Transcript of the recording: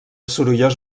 sorollós